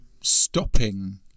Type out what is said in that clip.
stopping